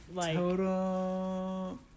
Totem